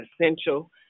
essential